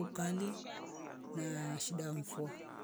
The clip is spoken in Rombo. Ukali na shida mfua